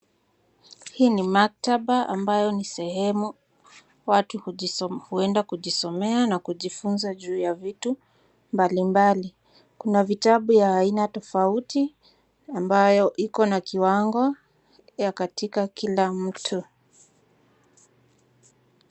Hii ni maktaba ambayo ni sehemu watu huenda kujisomea na kujifunza juu ya vitu mbali mbali. Kuna vitabu ya aina tafauti ambayo iko na kiwango ya katika kila mtu.